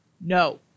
No